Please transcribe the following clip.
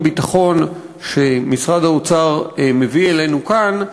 הביטחון שמשרד האוצר מביא אלינו כאן,